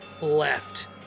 left